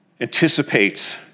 anticipates